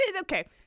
Okay